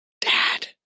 Dad